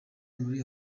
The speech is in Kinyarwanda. muri